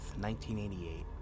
1988